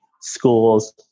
schools